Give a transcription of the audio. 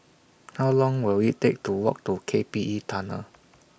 How Long Will IT Take to Walk to K P E Tunnel